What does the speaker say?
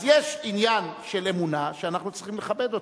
אז יש עניין של אמונה שאנחנו צריכים לכבד אותה.